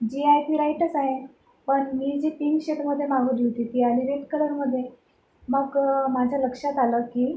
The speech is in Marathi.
जी आहे ती राईटच आहे पण मी जी पिंक शेडमध्ये मागवली होती ती आली रेड कलरमध्ये मग माझ्या लक्षात आलं की